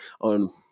on